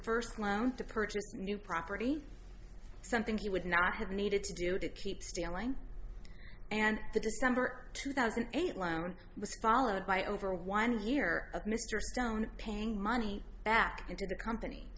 first clown to purchase a new property something he would not have needed to do to keep stealing and the december two thousand and eight loan was followed by over one year of mr stone paying money back into the company